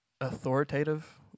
authoritative